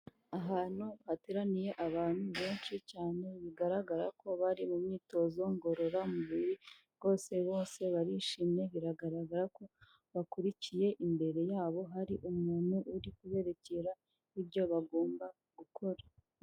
Ahantu hateraniye abantu benshi cyane bigaragara ko bari mu myitozo ngororamubiri rwose bose barishimye biragaragara ko bakurikiye, imbere yabo hari umuntu uri kuberekera ibyo bagomba gukora.